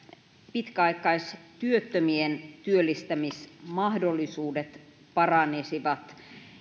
pitkäaikaistyöttömien työllistymismahdollisuudet paranisivat